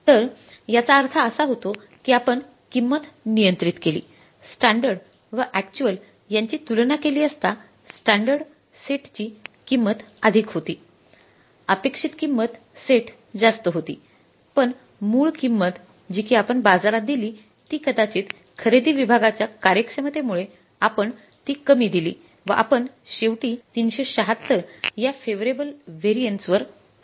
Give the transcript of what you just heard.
तर याचा अर्थ असा होतो की आपण किंमत नियंत्रित केली स्टँडर्ड जी कि आपण बाजारात दिली ती कदाचित खरेदी विभागाच्या कार्यक्षमतेमुळे आपण ती कमी दिली व आपण शेवटी ३७६ या फेव्हरेबल व्हॅरिएंट्स वर आलो